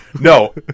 no